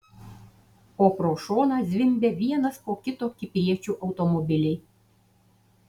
o pro šoną zvimbia vienas po kito kipriečių automobiliai